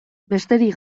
besterik